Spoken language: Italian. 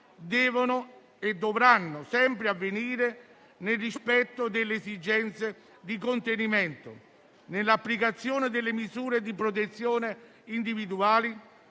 devono e dovranno sempre avvenire nel rispetto delle esigenze di contenimento, nell'applicazione delle misure di protezione individuali